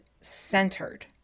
centered